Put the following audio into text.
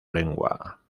lengua